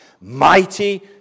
Mighty